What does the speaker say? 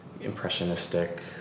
impressionistic